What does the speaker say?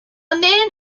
man